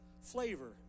Flavor